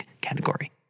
category